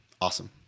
Awesome